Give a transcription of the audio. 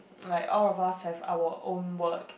like all of us have our own work